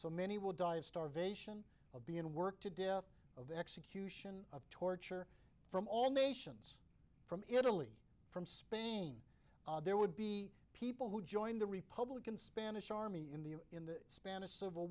so many will die of starvation of being worked to death of execution of torture from all nations from italy from spain there would be people who joined the republican spanish army in the in the spanish civil